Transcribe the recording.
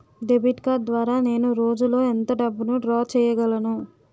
Debit card ద్వారా నేను రోజు లో ఎంత డబ్బును డ్రా చేయగలను?